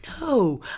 No